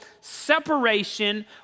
separation